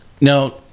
Now